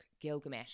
Gilgamesh